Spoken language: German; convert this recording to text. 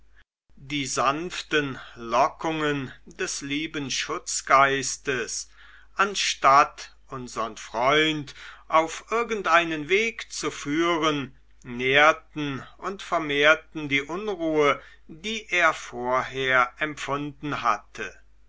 die sanften lockungen des lieben schutzgeistes anstatt unsern freund auf irgendeinen weg zu führen nährten und vermehrten die unruhe die er vorher empfunden hatte